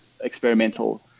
experimental